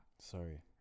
Sorry